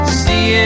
see